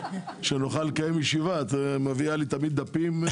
שנוכל לקיים ישיבה, את מביאה לי תמיד דפים.